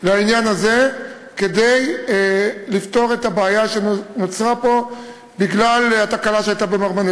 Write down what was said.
לעניין הזה כדי לפתור את הבעיה שנוצרה פה בגלל התקלה שהייתה ב"מרמנת".